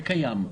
זה קיים.